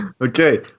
okay